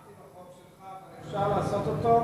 אני תמכתי בחוק שלך, אבל אפשר לעשות אותו,